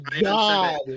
god